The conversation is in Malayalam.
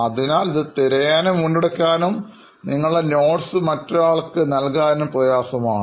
അതിനാൽ ഇത് തിരയാനും വീണ്ടെടുക്കാനും നിങ്ങളുടെ കുറിപ്പുകൾ മറ്റൊരാൾക്ക് നൽകാനും പ്രയാസമാണ്